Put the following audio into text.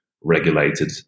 regulated